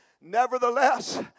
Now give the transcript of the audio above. nevertheless